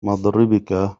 مضربك